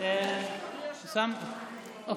הוא